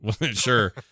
sure